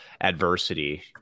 adversity